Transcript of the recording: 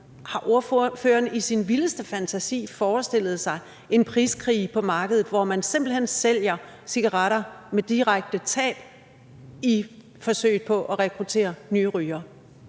Har ordføreren i sin vildeste fantasi forestillet sig en priskrig på markedet, hvor man simpelt hen sælger cigaretter med direkte tab i forsøget på at rekruttere nye rygere?